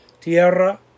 tierra